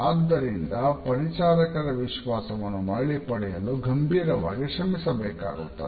ಆದ್ದರಿಂದ ಪರಿಚಾರಕರ ವಿಶ್ವಾಸವನ್ನು ಮರಳಿ ಪಡೆಯಲು ಗಂಭೀರವಾಗಿ ಶ್ರಮಿಸಬೇಕಾಗುತ್ತದೆ